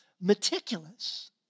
meticulous